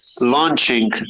launching